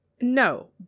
No